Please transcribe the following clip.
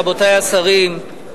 רבותי השרים,